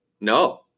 No